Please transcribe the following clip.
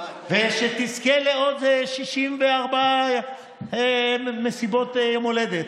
ושתזכה לעוד 64 מסיבות יום הולדת.